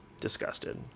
disgusted